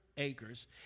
Acres